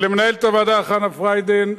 למנהלת הוועדה חנה פריידין,